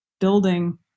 building